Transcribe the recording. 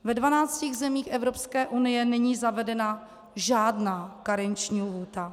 Ve 12 zemích Evropské unie není zavedena žádná karenční lhůta.